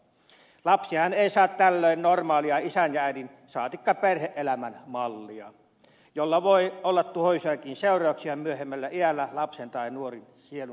lapsihan ei saa tällöin normaalia isän ja äidin saatikka perhe elämän mallia millä voi olla tuhoisiakin seurauksia myöhemmällä iällä lapsen tai nuoren sielunelämään